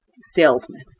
salesman